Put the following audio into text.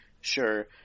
Sure